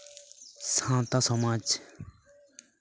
ᱥᱟᱶᱛᱟ ᱥᱚᱢᱟᱡᱽ